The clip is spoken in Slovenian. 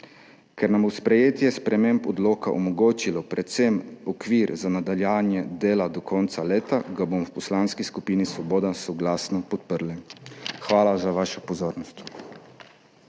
Ker nam bo sprejetje sprememb odloka omogočilo predvsem okvir za nadaljevanje dela do konca leta, ga bomo v Poslanski skupini Svoboda soglasno podprli. Hvala za vašo pozornost.